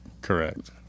Correct